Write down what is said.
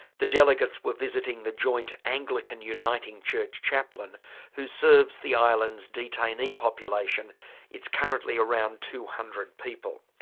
the delegates were visiting the joint anglican-uniting church chaplain who serves the island's detainee population it's currently around two hundred people.